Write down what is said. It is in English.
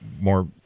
more